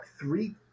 three